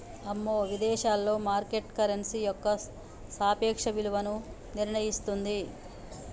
అమ్మో విదేశాలలో market currency యొక్క సాపేక్ష విలువను నిర్ణయిస్తుంది